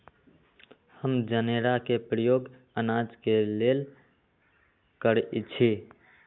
हम जनेरा के प्रयोग अनाज के लेल करइछि